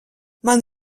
man